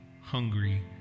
hungry